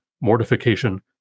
mortification